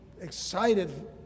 excited